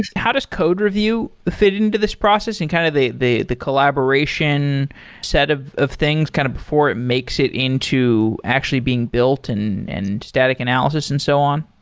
how does code review fit into this process and kind of the the collaboration set of of things kind of before it makes it into actually being built and and static analysis and so on?